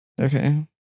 Okay